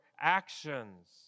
actions